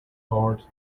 hard